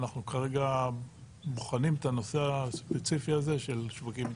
אנחנו כרגע בוחנים את הנושא הספציפי הזה של שווקים מתפתחים.